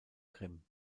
grimm